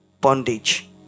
bondage